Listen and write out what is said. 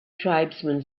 tribesman